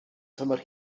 tymor